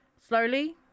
slowly